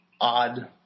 odd